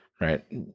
right